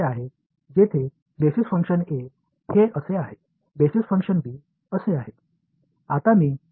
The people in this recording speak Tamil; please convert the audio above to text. இதற்கு 1 மற்றும் 2 மடங்கு அடிப்படை செயல்பாட்டைக் b கொடுப்போம்